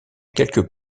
quelques